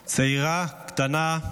צעירה, קטנה,